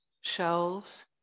shells